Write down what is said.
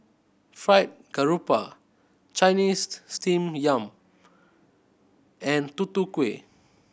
Fried Garoupa Chinese Steamed Yam and Tutu Kueh